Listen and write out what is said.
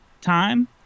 time